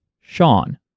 Sean